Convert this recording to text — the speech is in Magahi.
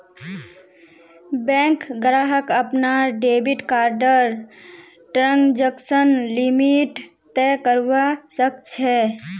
बैंक ग्राहक अपनार डेबिट कार्डर ट्रांजेक्शन लिमिट तय करवा सख छ